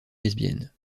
lesbienne